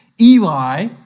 Eli